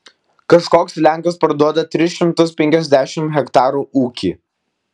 kažkoks lenkas parduoda tris šimtus penkiasdešimt hektarų ūkį